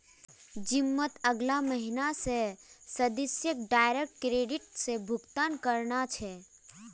जिमत अगला महीना स सदस्यक डायरेक्ट क्रेडिट स भुक्तान करना छ